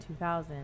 2000